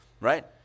Right